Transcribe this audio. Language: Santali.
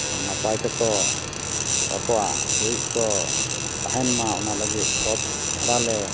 ᱱᱟᱯᱟᱭ ᱛᱮᱠᱚ ᱟᱠᱚᱣᱟᱜ ᱜᱩᱨᱤᱡ ᱠᱚ ᱛᱟᱦᱮᱱᱢᱟ ᱚᱱᱟ ᱞᱟᱹᱜᱤᱫ ᱠᱷᱚᱛ ᱰᱷᱚᱬᱸᱰᱟ ᱞᱮ